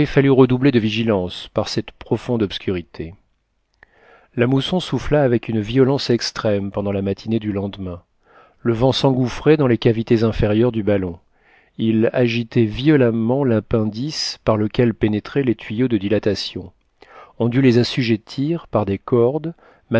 fallu redoubler de vigilance par cette profonde obscurité la mousson souffla avec une violence extrême pendant la matinée du lendemain le vent s'engouffrait dans les cavités inférieures du ballon sagitait violemment l'appendice par lequel pénétraient les tuyaux de dilatation on dut les assujettir par des cordes